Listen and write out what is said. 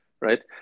right